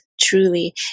truly